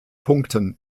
punkten